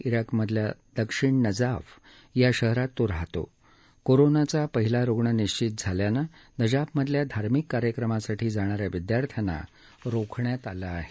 इराकमधल्या दक्षिण नझाफ या शहरात तो राहतो कोरोनाचा पहिला रुग्ण निश्चितच झाल्यानं नजाफमधल्या धार्मिक कार्यक्रमासाठी जाणा या विदयार्थ्यांना रोखण्यात आलं आहे